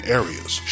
areas